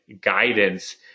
guidance